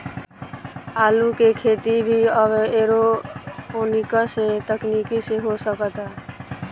आलू के खेती भी अब एरोपोनिक्स तकनीकी से हो सकता